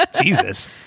Jesus